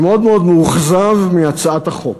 אני מאוד מאוכזב מהצעת החוק.